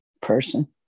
person